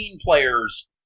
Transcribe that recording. players